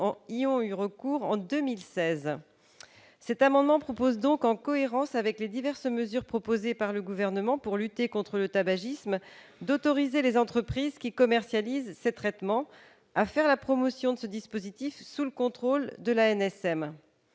y ont eu recours en 2016. Cet amendement vise donc, en cohérence avec les diverses mesures proposées par le Gouvernement pour lutter contre le tabagisme, à autoriser les entreprises qui commercialisent ces traitements à faire la promotion de ce dispositif sous le contrôle de l'ANSM.